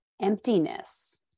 emptiness